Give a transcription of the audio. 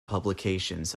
publications